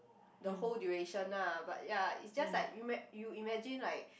the whole duration nah but ya it's just like you ma~ you imagine like